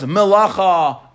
melacha